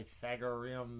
pythagorean